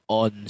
on